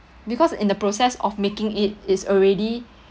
because in the process of making it is already